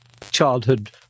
childhood